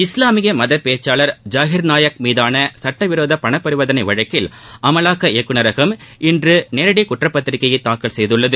இஸ்லாமிய மத பேச்சாளர் ஜாஹிர் நாயக் மீதான சுட்டவிரோத பணபரிவர்த்தனை வழக்கில் அமலாக்க இயக்குநரகம் இன்று நேரடி குற்றப்பத்திரிக்கையை தாக்கல் செய்துள்ளது